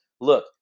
look